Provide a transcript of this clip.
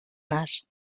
nas